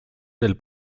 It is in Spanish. del